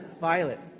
Violet